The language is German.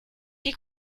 die